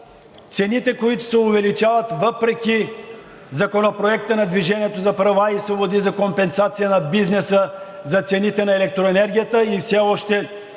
цените, които се увеличават въпреки Законопроекта на „Движение за права и свободи“ за компенсация на бизнеса за цените на електроенергията, и все още